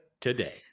today